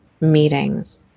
meetings